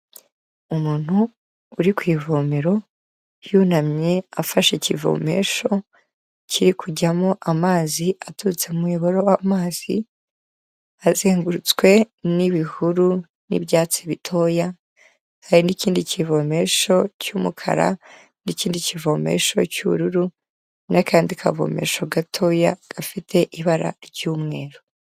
Umuntu uri ku ivomero yunamye afashe ikivomesho kiri kujyamo amazi aturutse mu muyoboro w'amazi, hazengurutswe n'ibihuru n'ibyatsi bitoya hari n'ikindi kivomesho cy'umukara n'ikindi kivomesho cy'ubururu n'akandi kavomesho gatoya gafite ibara ry'umweru.